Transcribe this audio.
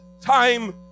time